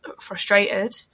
frustrated